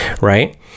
Right